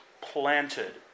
planted